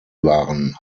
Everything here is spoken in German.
waren